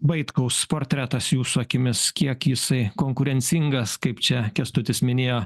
vaitkaus portretas jūsų akimis kiek jisai konkurencingas kaip čia kęstutis minėjo